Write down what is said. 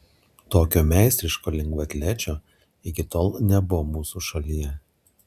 tokio meistriško lengvaatlečio iki tol nebuvo mūsų šalyje